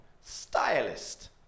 Stylist